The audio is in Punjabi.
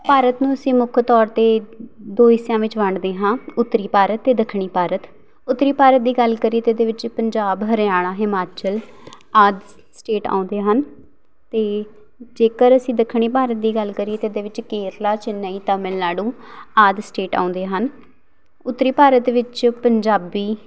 ਭਾਰਤ ਨੂੰ ਅਸੀਂ ਮੁੱਖ ਤੌਰ 'ਤੇ ਦੋ ਹਿੱਸਿਆਂ ਵਿੱਚ ਵੰਡਦੇ ਹਾਂ ਉੱਤਰੀ ਭਾਰਤ ਅਤੇ ਦੱਖਣੀ ਭਾਰਤ ਉੱਤਰੀ ਭਾਰਤ ਦੀ ਗੱਲ ਕਰੀਏ ਤਾਂ ਇਹਦੇ ਵਿੱਚ ਪੰਜਾਬ ਹਰਿਆਣਾ ਹਿਮਾਚਲ ਆਦਿ ਸ ਸਟੇਟ ਆਉਂਦੇ ਹਨ ਅਤੇ ਜੇਕਰ ਅਸੀਂ ਦੱਖਣੀ ਭਾਰਤ ਦੀ ਗੱਲ ਕਰੀਏ ਤਾਂ ਇਹਦੇ ਵਿੱਚ ਕੇਰਲਾ ਚੇਨਈ ਤਾਮਿਲਨਾਡੂ ਆਦਿ ਸਟੇਟ ਆਉਂਦੇ ਹਨ ਉੱਤਰੀ ਭਾਰਤ ਵਿੱਚ ਪੰਜਾਬੀ